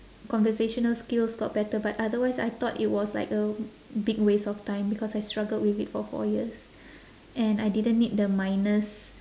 conversational skills got better but otherwise I thought it was like a big waste of time because I struggled with it for four years and I didn't need the minus